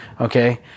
Okay